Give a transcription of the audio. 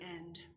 end